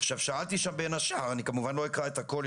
שאלתי שם בין השאר כמובן לא אקרא את הכול,